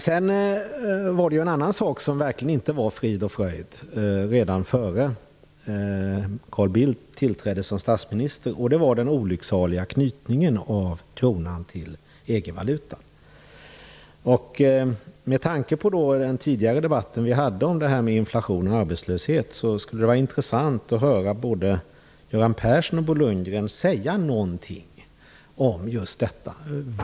Sedan var det en annan sak som verkligen inte var frid och fröjd redan innan Carl Bildt tillträdde som statsminister, nämligen den olycksaliga knytningen av kronan till EG-valutan. Med tanke på den tidigare debatten vi hade om inflation och arbetslöshet skulle det vara intressant att höra både Göran Persson och Bo Lundgren säga någonting om det här.